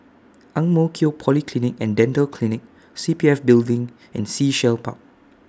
Ang Mo Kio Polyclinic and Dental Clinic C P F Building and Sea Shell Park